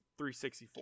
364